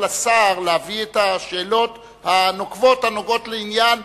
לשר להביא את השאלות הנוקבות הנוגעות לעניין,